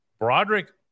Broderick